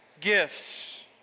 gifts